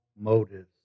motives